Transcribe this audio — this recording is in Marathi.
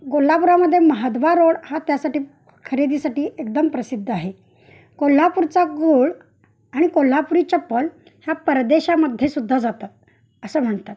कोल्हापुरामध्ये महाद्वार रोड हा त्यासाठी खरेदीसाठी एकदम प्रसिद्ध आहे कोल्हापूरचा गुळ आणि कोल्हापुरी चप्पल ह्या परदेशामध्ये सुद्धा जातात असं म्हणतात